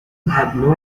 have